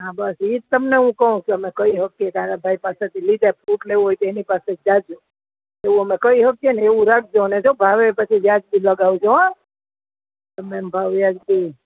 હા બસ ઈ જ તમને હું કહું કે અમે કહી હકીએ કે અલ્યા ભાઈ પાસેથી લીધા ફ્રૂટ લેવું હોય તો એની પાસે જાજો એવું અમે કહી શકીએ ને એવું રાખજો અને જો ભાવે પણ પછી વ્યાજબી લગાવજો હો તમે ને ભાવ વ્યાજબી